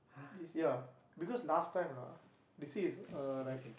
you see ah because last time ah they say is uh like